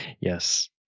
Yes